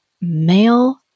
male